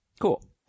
Cool